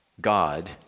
God